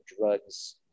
drugs